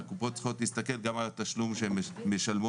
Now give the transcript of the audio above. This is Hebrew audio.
והקופות צריכות להסתכל גם על התשלום שהן משלמות